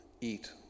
eat